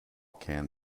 can